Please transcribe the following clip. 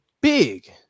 big